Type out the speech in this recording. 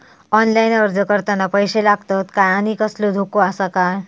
Online अर्ज करताना पैशे लागतत काय आनी कसलो धोको आसा काय?